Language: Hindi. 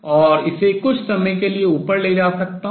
और इसे कुछ समय के लिए ऊपर ले जा सकता हूँ